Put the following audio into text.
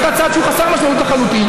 עשתה צעד שהוא חסר משמעות לחלוטין.